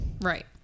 right